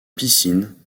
piscine